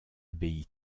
abbaye